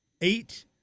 eight